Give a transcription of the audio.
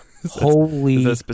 Holy